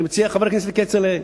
אני מציע לחבר הכנסת כצל'ה,